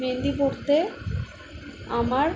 মেহেন্দি পড়তে আমার